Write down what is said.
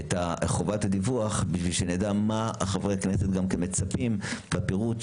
את חובת הדיווח בשביל שגם נדע למה חברי הכנסת מצפים בפירוט,